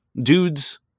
dudes